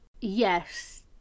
yes